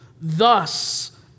Thus